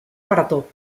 marató